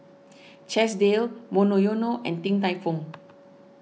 Chesdale Monoyono and Din Tai Fung